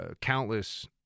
countless